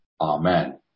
amen